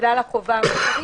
בגלל החובה המוסרית.